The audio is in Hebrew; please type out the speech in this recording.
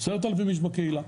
10,000 איש בקהילה.